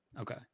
okay